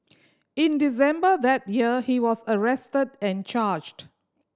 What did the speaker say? in December that year he was arrested and charged